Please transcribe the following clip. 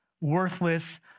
worthless